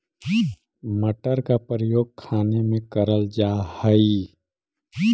मटर का प्रयोग खाने में करल जा हई